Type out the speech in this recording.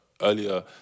earlier